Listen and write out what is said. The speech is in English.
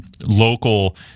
local